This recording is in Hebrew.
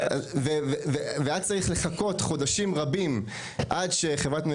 והיה צריך לחכות חודשים רבים עד שחברת,